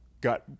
got